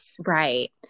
Right